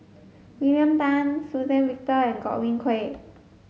William Tan Suzann Victor and Godwin Koay